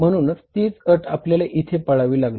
म्ह्णून तीच अट आपल्याला इथे हे पाळावी लागणार